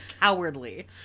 cowardly